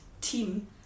team